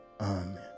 Amen